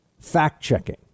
Fact-checking